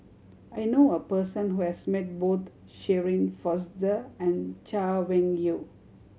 I know a person who has met both Shirin Fozdar and Chay Weng Yew